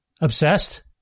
obsessed